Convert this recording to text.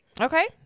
Okay